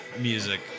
music